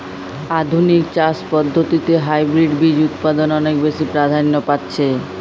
আধুনিক চাষ পদ্ধতিতে হাইব্রিড বীজ উৎপাদন অনেক বেশী প্রাধান্য পাচ্ছে